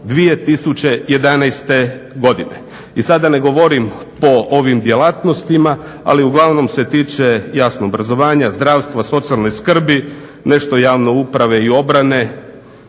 31.12.2011. godine. I sad da ne govorim po ovim djelatnostima, ali uglavnom se tiče jasno obrazovanja, zdravstva, socijalne skrbi, nešto javne uprave i obrane,